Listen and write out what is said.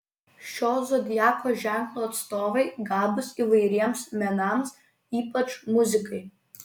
šio zodiako ženklo atstovai gabūs įvairiems menams ypač muzikai